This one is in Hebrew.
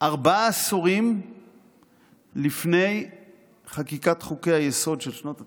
ארבעה עשורים לפני חקיקת חוקי-היסוד של שנות התשעים,